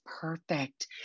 perfect